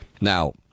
Now